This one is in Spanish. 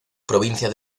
provincia